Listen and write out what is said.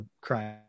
crying